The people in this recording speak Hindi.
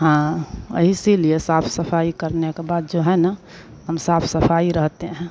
हाँ औ इसीलिए साफ सफाई करने के बाद जो है न हम साफ सफाई रखते हैं